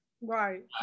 Right